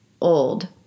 old